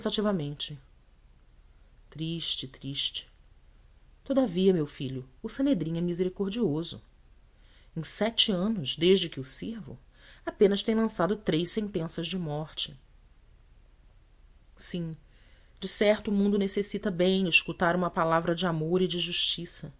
pensativamente triste triste todavia meu filho o sanedrim é misericordioso em sete anos desde que o sirvo apenas tem lançado três sentenças de morte sim decerto o mundo necessita bem escutar uma palavra de amor e de justiça